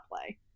play